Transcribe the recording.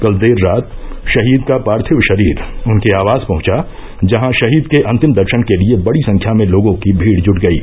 कल देर रात शहीद का पार्थिव शरीर उनके आवास पहुंचा जहां शहीद के अन्तिम दर्शन के लिये बड़ी संख्या में लोगों की भीड़ जुट गयी